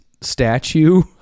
statue